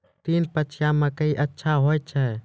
तीन पछिया मकई अच्छा होय छै?